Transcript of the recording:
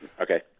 Okay